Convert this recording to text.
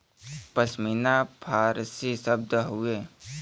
पश्मीना फारसी शब्द हउवे